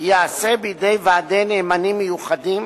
ייעשה בידי ועדי נאמנים מיוחדים